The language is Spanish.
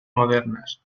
modernas